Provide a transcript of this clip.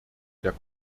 der